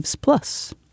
plus